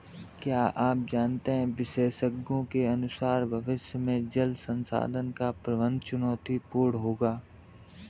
क्या आप जानते है विशेषज्ञों के अनुसार भविष्य में जल संसाधन का प्रबंधन चुनौतीपूर्ण होगा